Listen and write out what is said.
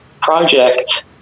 project